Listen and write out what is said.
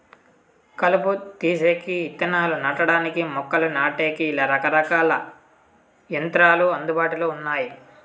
కలుపును తీసేకి, ఇత్తనాలు నాటడానికి, మొక్కలు నాటేకి, ఇలా రకరకాల యంత్రాలు అందుబాటులో ఉన్నాయి